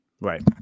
Right